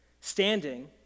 Standing